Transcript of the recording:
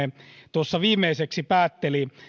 tuossa viimeiseksi päätteli